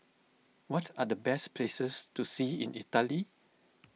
what are the best places to see in Italy